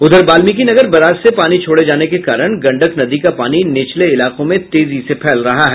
उधर बाल्मिकीनगर बराज से पानी छोड़े जाने के कारण गंडक नदी का पानी निचले इलाकों में तेजी से फैल रहा है